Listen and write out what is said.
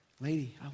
lady